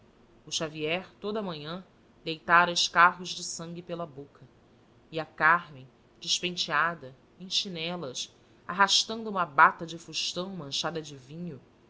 o xavier toda a manhã deitara escarros de sangue pela boca e a cármen despenteada em chinelas arrastando uma bata de fustão manchada de vinho